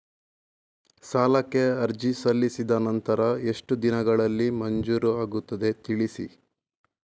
ಸಾಲಕ್ಕೆ ಅರ್ಜಿ ಸಲ್ಲಿಸಿದ ನಂತರ ಎಷ್ಟು ದಿನಗಳಲ್ಲಿ ಮಂಜೂರಾಗುತ್ತದೆ ತಿಳಿಸಿ?